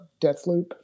Deathloop